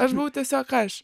aš buvau tiesiog aš